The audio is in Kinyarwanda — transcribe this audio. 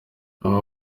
aba